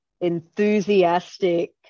enthusiastic